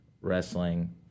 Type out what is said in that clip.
wrestling